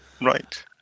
Right